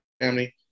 family